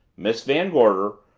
miss van gorder,